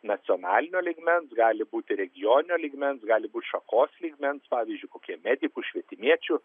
nacionalinio lygmens gali būti regioninio lygmens gali būti šakos lygmens pavyzdžiui kokie medikų švietimiečių